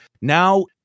Now